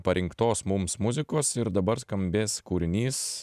parinktos mums muzikos ir dabar skambės kūrinys